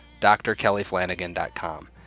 drkellyflanagan.com